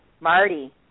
Marty